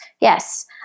Yes